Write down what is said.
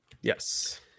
Yes